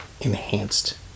enhanced